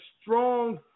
strong